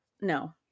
no